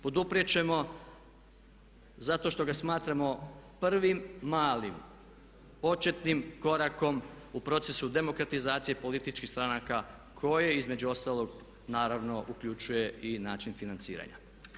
Poduprijet ćemo zato što ga smatramo prvim malim početnim korakom u procesu demokratizacije, političkih stranaka koje između ostalog naravno uključuje i način financiranja.